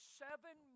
seven